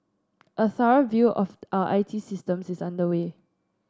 a thorough review of our I T systems is underway